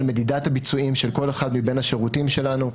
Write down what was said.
מדידת הביצועים של כל אחד מבין השירותים שלנו,